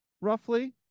Roughly